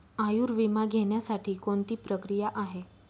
आयुर्विमा घेण्यासाठी कोणती प्रक्रिया आहे?